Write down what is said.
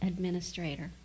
administrator